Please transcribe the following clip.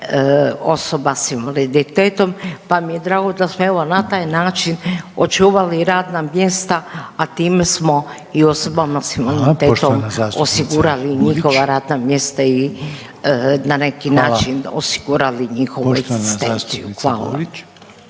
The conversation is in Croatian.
osoba sa invaliditetom, pa mi je drago da smo evo na taj način očuvali radna mjesta, a time smo i osobama s invaliditetom osigurali njihova radna mjesta. **Reiner, Željko (HDZ)** Hvala.